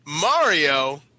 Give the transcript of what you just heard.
Mario